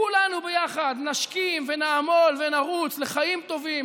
כולנו ביחד נשכים ונעמול ונרוץ לחיים טובים,